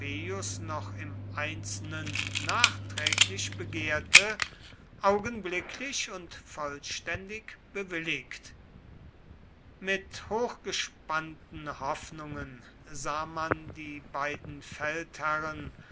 noch im einzelnen nachträglich begehrte augenblicklich und vollständig bewilligt mit hochgespannten hoffnungen sah man die beiden feldherren